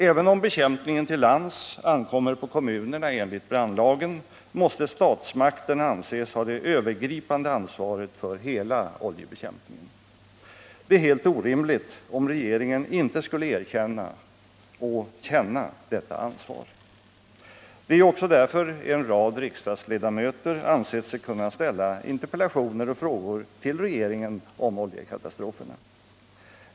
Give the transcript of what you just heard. Även om bekämpningen till lands ankommer på kommunerna enligt brandlagen måste statsmakterna anses ha det övergripande ansvaret för hela oljebekämpningen. Det är helt orimligt, om regeringen inte skulle erkänna och känna detta ansvar. Det är ju också därför en rad riksdagsledamöter ansett sig kunna ställa interpellationer och frågor till regeringen om oljekatastroferna.